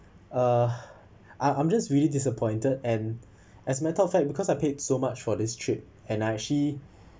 uh I'm I'm just really disappointed and as matter of fact because I paid so much for this trip and I actually